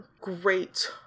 great